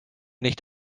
nicht